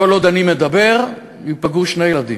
כל עוד אני מדבר, ייפגעו שני ילדים.